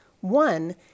One